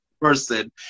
person